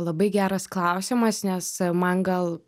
labai geras klausimas nes man gal